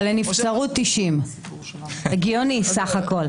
אבל לנבצרות, 90. הגיוני סך הכול.